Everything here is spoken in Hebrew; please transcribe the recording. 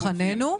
לשולחננו.